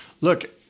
look